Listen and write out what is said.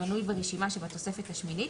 המנוי ברשימה שבתוספת השמינית,